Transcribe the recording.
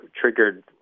triggered